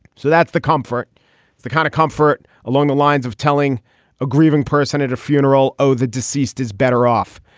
so that's the comfort. it's the kind of comfort along the lines of telling a grieving person at a funeral. oh, the deceased is better off.